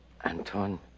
Anton